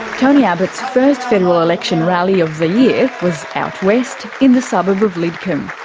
tony abbott's first federal election rally of the year was out west, in the suburb of lidcombe.